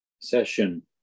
session